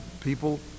people